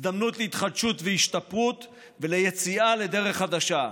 הזדמנות להתחדשות והשתפרות וליציאה לדרך חדשה.